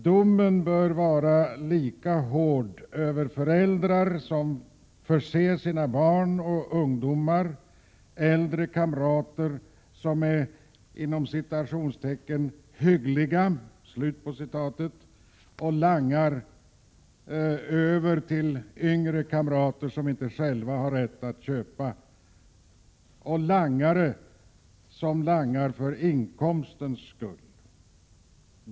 Domen bör vara lika hård över föräldrar som förser sina barn och ungdomar, över äldre kamrater som är ”hyggliga” och langar till yngre kamrater som inte själva har rätt att köpa och över langare som langar för inkomstens skull.